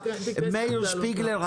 מאיר שפיגלר,